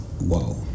Wow